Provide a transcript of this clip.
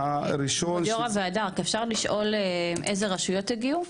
יו"ר הוועדה, אפשר לשאול איזה רשויות הגיעו?